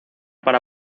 para